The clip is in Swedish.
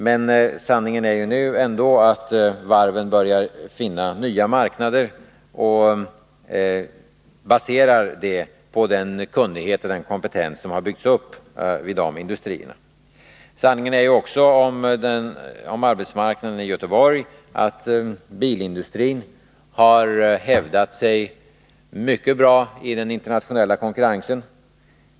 Men sanningen är ändå att varven nu börjar finna nya marknader, som man baserar på den kunnighet och den kompetens som byggts upp vid dessa industrier. Sanningen om arbetsmarknaden i Göteborg är också den att bilindustrin har hävdat sig mycket bra i den internationella konkurrensen.